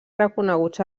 reconeguts